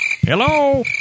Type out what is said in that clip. Hello